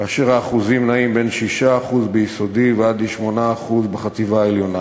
כאשר האחוזים נעים בין 6% ביסודי ועד ל-8% בחטיבה העליונה.